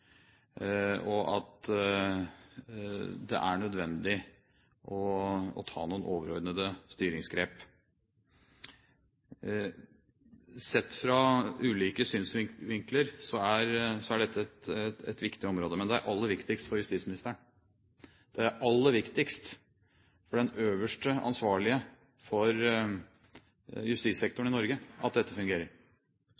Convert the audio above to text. og at det er nødvendig å ta noen overordnede styringsgrep. Sett fra ulike synsvinkler er dette et viktig område, men det er aller viktigst for justisministeren, det er aller viktigst for den øverste ansvarlige for